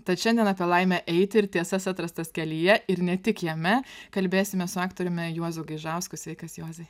tad šiandien apie laimę eiti ir tiesas atrastas kelyje ir ne tik jame kalbėsimės su aktoriumi juozu gaižausku sveikas juozai